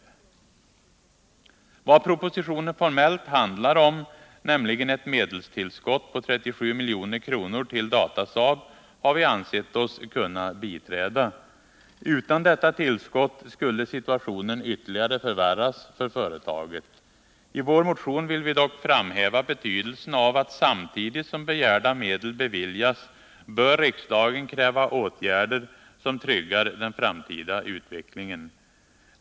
Det som propositionen formellt handlar om, nämligen ett medelstillskott på 37 milj.kr. till Datasaab, har vi ansett oss kunna biträda. Utan detta tillskott skulle situationen ytterligare förvärras för företaget. I vår motion vill vi dock framhäva betydelsen av att samtidigt som begärda medel beviljas bör riksdagen kräva åtgärder som tryggar den framtida utvecklingen.